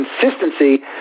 consistency